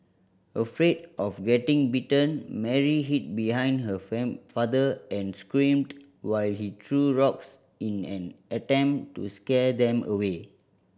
afraid of getting bitten Mary hid behind her father and screamed while he threw rocks in an attempt to scare them away